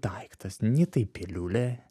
daiktas nei tai piliulė